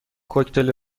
کوکتل